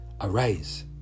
Arise